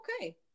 Okay